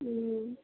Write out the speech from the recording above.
हूँ